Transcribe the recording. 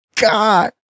God